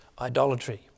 idolatry